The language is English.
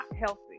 healthy